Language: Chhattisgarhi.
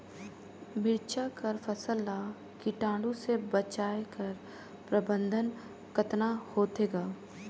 मिरचा कर फसल ला कीटाणु से बचाय कर प्रबंधन कतना होथे ग?